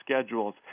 schedules